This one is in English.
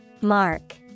Mark